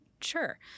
sure